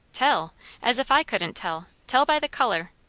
tell as if i couldn't tell! tell by the colour.